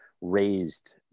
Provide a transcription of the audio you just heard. raised